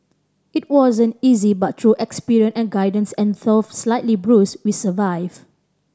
it wasn't easy but through experience and guidance and though slightly bruised we survive